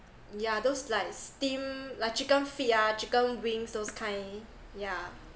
yeah those like steam like chicken feet ah chicken wings those kind yeah